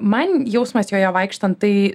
man jausmas joje vaikštant tai